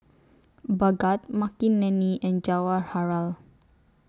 Bhagat Makineni and Jawaharlal